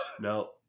No